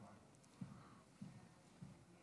אדוני